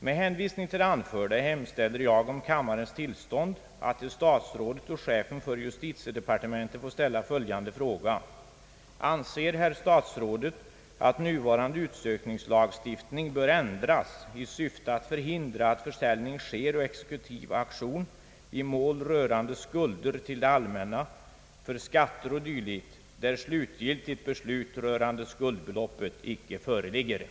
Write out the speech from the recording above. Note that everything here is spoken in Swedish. Med hänvisning till det anförda hemställer jag om kammarens tillstånd att till statsrådet och chefen för justitiedepartementet få ställa följande fråga: För utrikes tjänsteresa får jag härmed anhålla om ledighet från riksdagsarbetet under tiden den 30 november— den 2 december 1966.